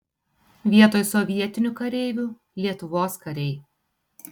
vietoj sovietinių kareivių lietuvos kariai